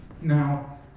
Now